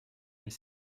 mais